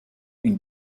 une